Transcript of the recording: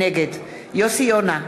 נגד יוסי יונה,